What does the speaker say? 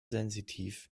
sensitiv